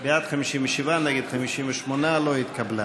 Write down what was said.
בעד, 57, נגד, 58, לא התקבלה.